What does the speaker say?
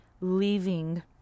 leaving